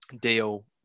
deal